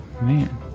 Man